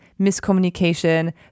miscommunication